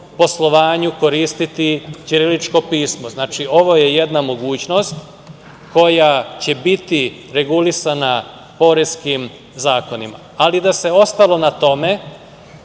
poslovanju koristiti ćirilično pismo. Ovo je jedna mogućnost koja će biti regulisana poreskim zakonima. Ali, da se ostalo na tome